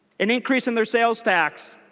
and increasing their sales tax.